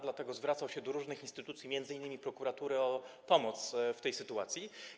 Dlatego zwracał się do różnych instytucji, m.in. prokuratury, o pomoc w tej sytuacji.